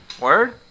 word